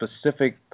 specific